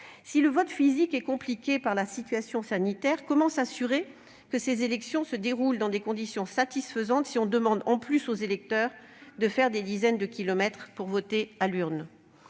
Si le vote physique est déjà compliqué par la situation sanitaire, comment s'assurer que ces élections se dérouleront dans des conditions satisfaisantes, si, en plus, on demande aux électeurs de parcourir des dizaines de kilomètres pour voter à l'urne ?